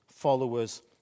Followers